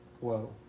Whoa